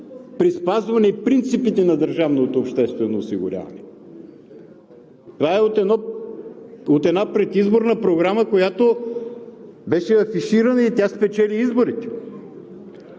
при спазване принципите на държавното обществено осигуряване. Това е от една предизборна програма, която беше афиширана, и тя спечели изборите.